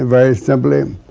ah very simply,